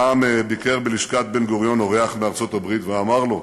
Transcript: פעם ביקר בלשכת בן-גוריון אורח מארצות הברית ואמר לו,